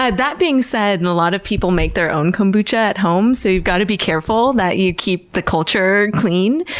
that being said, and a lot of people make their own kombucha at home so you've got to be careful that you keep the culture clean,